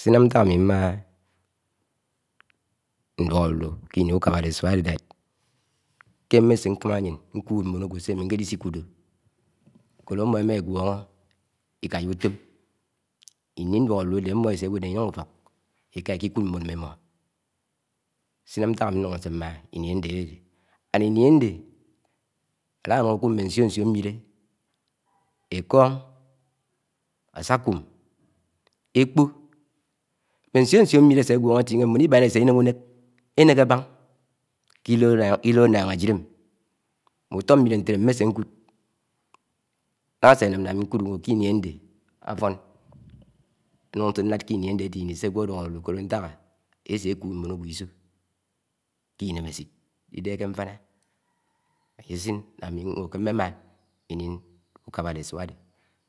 Śinam̱ ntak ámi ḿmaha̱ Nduọk álulu ke ini úkáḅade ésun áde ke ḿḿesé ńkamạ ayen ñku m̃m̃ọn awọ śeńklisek̄ude. Sa dehe ama ema eguoho íkaya utọm, ini nduok áĺuĺu̱ adẹ ámọ ese ewo yak iyon ufok kud ika íkikud ḿbọṉ m̃mimọ, ñsinam̱ ñtak ami nuko nse m̃m̃a ini ádẹ ádẽde ĩni ade, álanun ãkud mme nsio-nsio m̃méle̱ Ẽkọñ, Ãsakum, ẽkpo mme ñsio nsio m̃mile ãse ãguoho átinhe m̃bo̱n ibaṉ ése ẽnék ũnek ẽnẽk ãba̱ ke ilo ánnang ájid, ami mme uto m̃m̃ile ñtele ami mmese nkudi ńah́a̱ ásenam na ámi nkud m̃mọ kẽ ini ãde Áfon, nun nse nlad ke ini ade. ade̱ ini se awọ aduok ulud, nsadehe ntak? Ese ekud m̃mon áwo íśo k̄e inem̱esit, ídeh̄e̱ ke nfana áyesin ńa Āmi ṉwo ke m̃m̃ema ũkabale esuá ádẽ